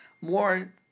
more